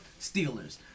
Steelers